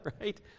Right